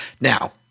Now